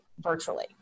virtually